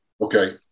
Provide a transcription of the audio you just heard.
Okay